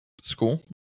school